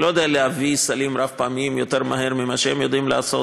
אני לא יודע להביא סלים רב-פעמיים יותר מהר מכפי שהן יודעות לעשות.